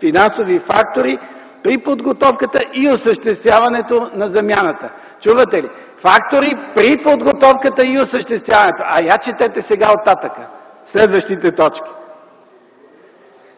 финансови фактори при подготовката и осъществяването на замяната? Чувате ли – фактори при подготовката и осъществяването? А я четете сега оттатък, следващите точки: